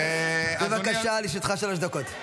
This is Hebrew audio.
בבקשה, לרשותך שלוש דקות.